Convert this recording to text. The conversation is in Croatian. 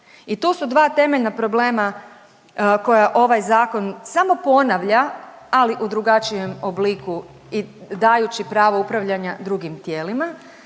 I tu su dva temeljna problema koja ovaj zakon samo ponavlja ali u drugačijem obliku i dajući pravo upravljanja drugim tijelima.